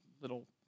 little